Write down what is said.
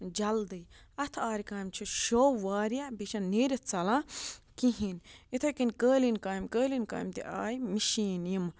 جلدی اَتھ آرِ کامہِ چھِ شو واریاہ بیٚیہِ چھَنہٕ نیٖرِتھ ژَلان کِہیٖنۍ یِتھَے کٔنۍ قٲلیٖن کامہِ قٲلیٖن کامہِ تہِ آیہِ مِشیٖن یِمہٕ